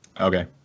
Okay